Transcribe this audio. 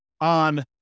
on